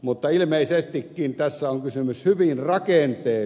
mutta ilmeisestikin tässä on kysymys hyvin en tee